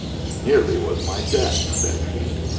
he nearly was my death, says he.